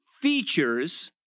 features